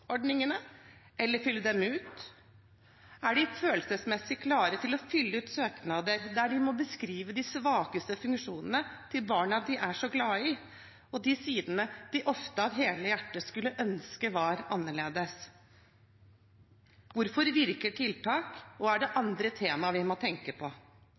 ordningene eller fylle dem ut? Er de følelsesmessig klare til å fylle ut søknader der de må beskrive de svakeste funksjonene til barna de er så glad i og de sidene de ofte av hele hjertet skulle ønske var annerledes? Hvorfor virker tiltak, og er det andre temaer vi må tenke på?